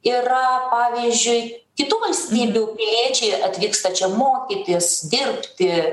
yra pavyzdžiui kitų valstybių piliečiai atvyksta čia mokytis dirbti